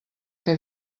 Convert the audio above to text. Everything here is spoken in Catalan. què